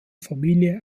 familie